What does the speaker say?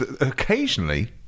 Occasionally